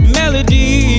melody